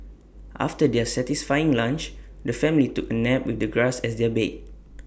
after their satisfying lunch the family took A nap with the grass as their bed